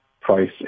Price